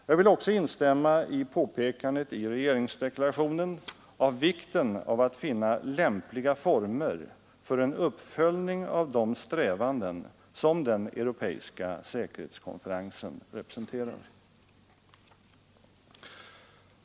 Jag vill också instämma i påpekandet i regeringsdeklarationen om vikten av att finna lämpliga former för en uppföljning av de strävanden som den europeiska säkerhetskonferensen representerar.